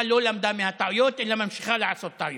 לא למדה מהטעויות אלא ממשיכה לעשות טעויות,